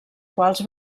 quals